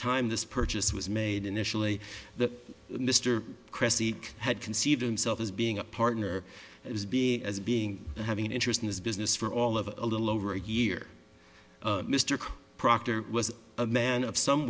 time this purchase was made initially that mr cressy had conceived himself as being a partner as being as being having an interest in this business for all of a little over a year mr proctor was a man some